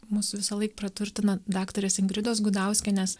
mus visąlaik praturtina daktarės ingridos gudauskienės